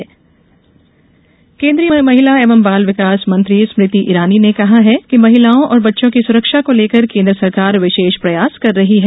स्तृति केंद्रीय महिला एंव बाल विकास मंत्री स्मृति ईरानी कहा है महिलाओं और बच्चों की सुरक्षा को लेकर केंद्र सरकार विशेष प्रयास कर रही है